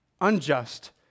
unjust